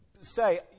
say